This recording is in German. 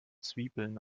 zwiebeln